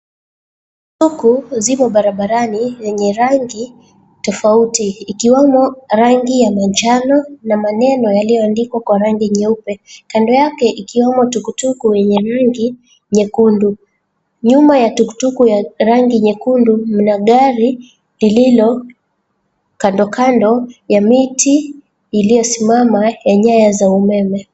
Tukutuku zimo barabarani zenye rangi tofauti. Ikiwemo rangi ya manjano na maneno yaliyoandikwa kwa rangi nyeupe. Kando yake ikiwemo tukutuku yenye rangi nyekundu. Nyuma ya tukutuku ya rangi nyekundu mna gari lililokandokando ya miti iliyosimama ya nyaya za umeme.